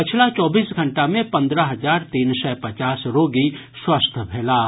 पछिला चौबीस घंटा मे पंद्रह हजार तीन सय पचास रोगी स्वस्थ भेलाह